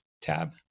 tab